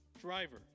driver